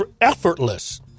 effortless